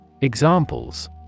Examples